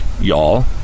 y'all